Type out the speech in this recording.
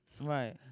Right